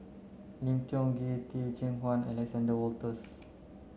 Lim Tiong Ghee Teh Cheang Wan and Alexander Wolters